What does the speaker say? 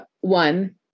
one